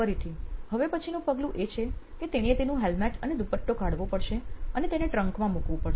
ફરીથી હવે પછીનું પગલું એ છે કે તેણીએ તેનું હેલેમટ અને દુપટ્ટો કાઢવો પડશે અને તેને ટ્રન્ક માં મૂકવું પડશે